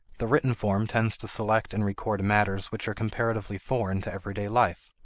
the written form tends to select and record matters which are comparatively foreign to everyday life.